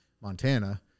Montana